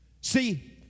See